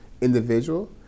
individual